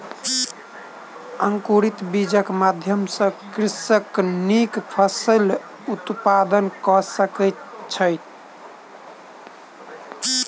अंकुरित बीजक माध्यम सॅ कृषक नीक फसिलक उत्पादन कय सकै छै